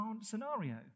scenario